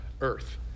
earth